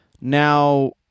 Now